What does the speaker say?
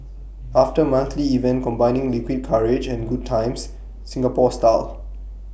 after monthly event combining liquid courage and good times Singapore style